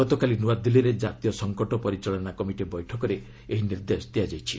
ଗତକାଲି ନୂଆଦିଲ୍ଲୀରେ ଜାତୀୟ ସଙ୍କଟ ପରିଚାଳନା କମିଟି ବୈଠକରେ ଏହି ନିର୍ଦ୍ଦେଶ ଦିଆଯାଇଛି